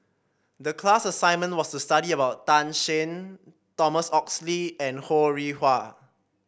the class assignment was to study about Tan Shen Thomas Oxley and Ho Rih Hwa